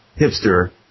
hipster